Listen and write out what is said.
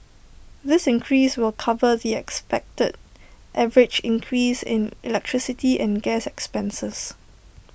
this increase will cover the expected average increase in electricity and gas expenses